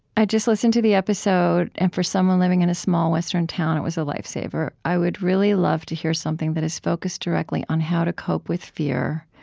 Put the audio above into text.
i just listened to the episode, and for someone living in a small western town, it was a lifesaver. i would really love to hear something that is focused directly on how to cope with fear.